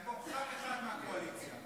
אין ח"כ אחד מהקואליציה.